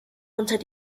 unter